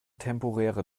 temporäre